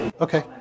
Okay